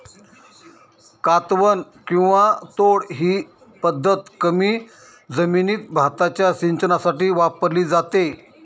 कातवन किंवा तोड ही पद्धत कमी जमिनीत भाताच्या सिंचनासाठी वापरली जाते